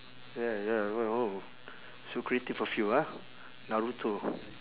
ya ya oh so creative of you ah naruto